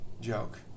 joke